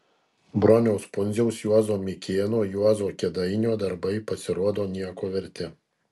broniaus pundziaus juozo mikėno juozo kėdainio darbai pasirodo nieko verti